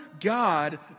God